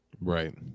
right